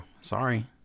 sorry